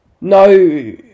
no